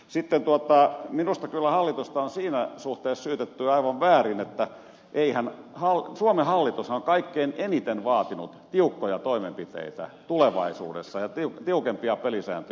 sitten minusta kyllä hallitusta on siinä suhteessa syytetty aivan väärin että suomen hallitushan on kaikkein eniten vaatinut tiukkoja toimenpiteitä tulevaisuudessa ja tiukempia pelisääntöjä